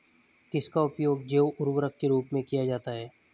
किसका उपयोग जैव उर्वरक के रूप में किया जाता है?